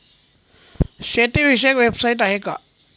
शेतीविषयक वेबसाइट आहे का?